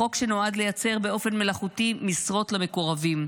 חוק שנועד לייצר באופן מלאכותי משרות למקורבים,